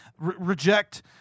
Reject